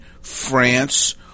France